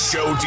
Show